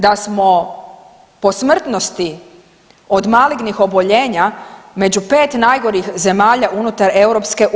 Da smo po smrtnosti od malignih oboljenja među 5 najgorih zemalja unutar EU.